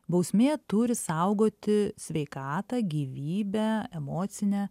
bausmė turi saugoti sveikatą gyvybę emocinę